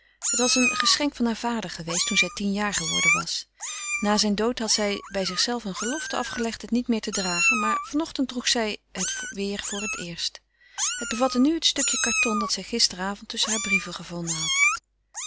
het was een geschenk van haar vader geweest toen zij tien jaar geworden was na zijn dood had zij bij zichzelve een belofte afgelegd het niet meer te dragen maar vanochtend droeg zij het weder voor het eerst het bevatte nu het stukje karton dat zij gisterenavond tusschen haar brieven gevonden had